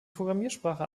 programmiersprache